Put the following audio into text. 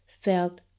felt